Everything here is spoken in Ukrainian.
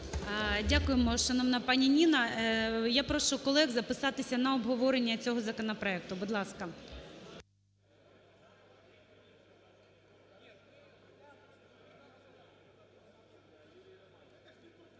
Дякуємо, шановна пані Ніна. Я прошу колег записатися на обговорення цього законопроекту, будь ласка.